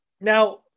Now